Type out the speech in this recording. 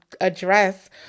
address